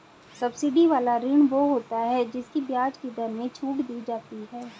subsidy वाला ऋण वो होता है जिसकी ब्याज की दर में छूट दी जाती है